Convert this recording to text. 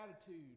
attitude